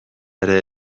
ere